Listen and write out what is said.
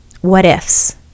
what-ifs